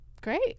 Great